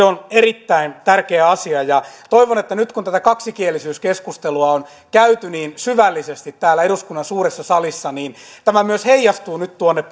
on erittäin tärkeä asia toivon että nyt kun tätä kaksikielisyyskeskustelua on käyty niin syvällisesti täällä eduskunnan suuressa salissa tämä myös heijastuu tuonne